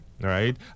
right